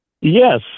yes